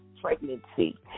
pregnancy